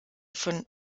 von